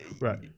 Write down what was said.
right